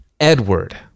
Edward